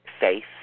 faith